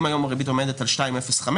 היום הריבית עומדת על 2.05%,